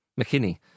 McKinney